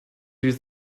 use